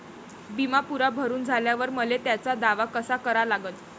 बिमा पुरा भरून झाल्यावर मले त्याचा दावा कसा करा लागन?